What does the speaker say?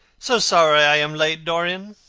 so sorry i am late, dorian.